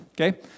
okay